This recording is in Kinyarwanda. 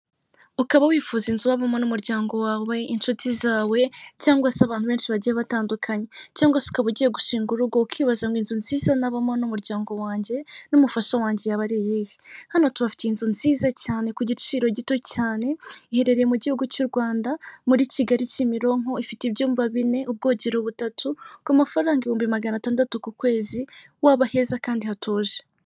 Ukaba wifuza inzu wabamo n'umuryango wawe, inshuti zawe cyangwa se abantu benshi bagiye batandukanye cyangwa se ukaba ugiye gushinga urugo, ukibaza ngo inzu nziza nabamo n'umuryango wanjye n'umufasha wanjye yaba ari iyihe? Hano tubafitiye inzu nziza cyane ku giciro gito cyane, iherereye mu gihugu cy'u Rwanda, muri Kigali Kimironko, ifite ibyumba bine, ubwogero butatu. Ku mafaranga ibihumbi magana atandatu ku kwezi waba heza kandi hatuje.